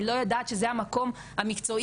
היא לא יודעת שזה המקום המקצועי,